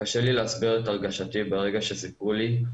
קשה לי להסביר את הרגשתי ברגע שסיפרו לי.